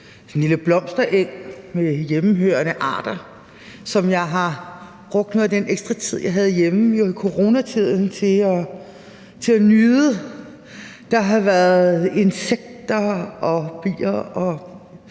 en lille blomstereng med hjemmehørende arter, som jeg har brugt noget af den ekstra tid, jeg havde hjemme i coronatiden, til at nyde. Der har været insekter, bier og